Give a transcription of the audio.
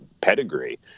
pedigree